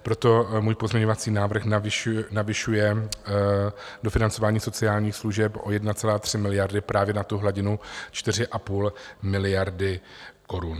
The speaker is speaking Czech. Proto můj pozměňovací návrh navyšuje dofinancování sociálních služeb o 1,3 miliardy právě na tu hladinu 4,5 miliardy korun.